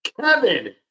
Kevin